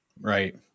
Right